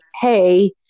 hey